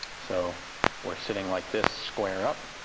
so we're sitting like this, square up,